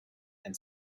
and